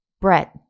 Brett